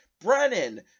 brennan